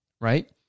right